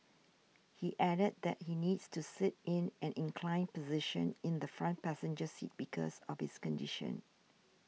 he added that he needs to sit in an inclined position in the front passenger seat because of his condition